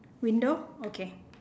window okay